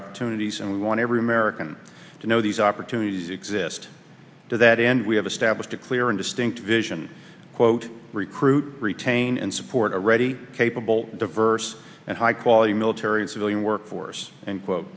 opportunities and we want every american to know these opportunities exist to that end we have established a clear and distinct vision quote recruit pain and support a ready capable diverse and high quality military and civilian workforce and quote